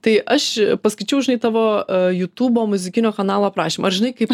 tai aš paskaičiau žinai tavo jutubo muzikinio kanalo aprašymą ar žinai kaip